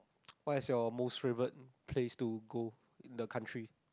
what is your most favorite place to go in the country